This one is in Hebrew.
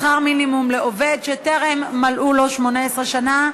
שכר מינימום לעובד שטרם מלאו לו 18 שנים),